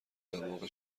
دماغ